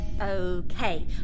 Okay